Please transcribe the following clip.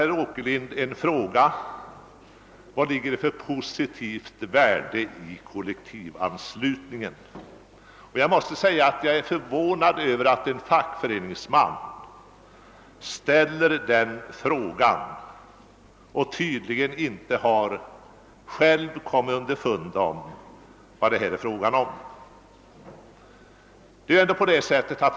Herr Åkerlind upprepar frågan vilket positivt värde = kollektivanslutningen har. Jag är förvånad över att höra en fackföreningsman ställa denna fråga och över att en person med sådan bakgrund tydligen inte själv kommit underfund om vad det är fråga om.